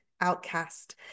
outcast